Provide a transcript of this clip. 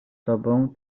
tobą